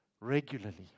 regularly